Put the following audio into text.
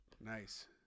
Nice